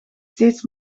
steeds